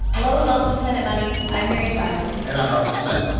hello, and welcome to planet money. i'm mary childs and i'm robert smith.